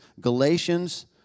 Galatians